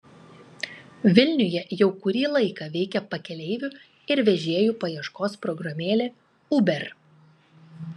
vilniuje jau kurį laiką veikia pakeleivių ir vežėjų paieškos programėlė uber